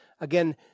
Again